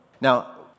Now